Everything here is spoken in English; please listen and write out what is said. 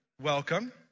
welcome